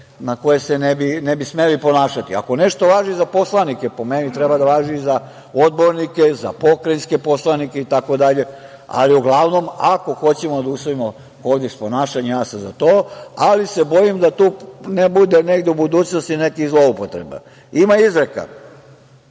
na koje se ne bi smeli ponašati? Ako nešto važi za poslanike, po meni, treba da važi i za odbornike, za pokrajinske poslanike itd. Uglavnom, ako hoćemo da usvojimo kodeks ponašanja, ja sam za to, ali se bojim da tu ne bude negde u budućnosti nekih zloupotreba. Može